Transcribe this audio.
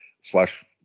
slash